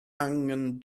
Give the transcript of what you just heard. angen